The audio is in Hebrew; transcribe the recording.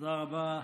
תודה רבה,